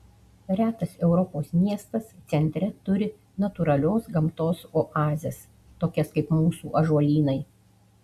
retas europos miestas centre turi natūralios gamtos oazes tokias kaip mūsų ąžuolynai